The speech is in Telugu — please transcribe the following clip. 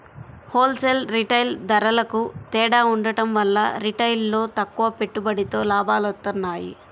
హోల్ సేల్, రిటైల్ ధరలకూ తేడా ఉండటం వల్ల రిటైల్లో తక్కువ పెట్టుబడితో లాభాలొత్తన్నాయి